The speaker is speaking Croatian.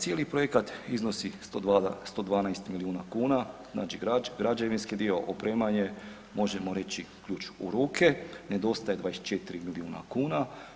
Cijeli projekat iznosi 112 milijuna kuna, znači građevinski dio, opremanje, možemo reći ključ u ruke, nedostaje 24 milijuna kuna.